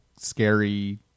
scary